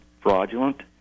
fraudulent